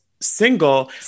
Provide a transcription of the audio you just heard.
single